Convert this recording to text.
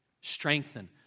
strengthen